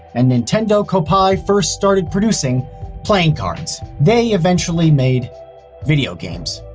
and nintendo koppai first started producing playing cards. they eventually made video games.